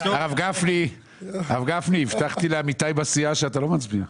הרב גפני, הבטחתי לעמיתיי בסיעה שאתה לא מצביע.